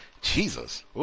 Jesus